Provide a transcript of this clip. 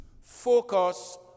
focus